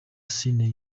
ciney